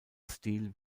stil